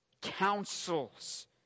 counsels